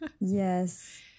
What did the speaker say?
Yes